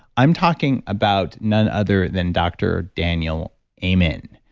i'm talking about none other than dr. daniel amen.